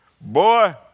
Boy